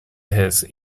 his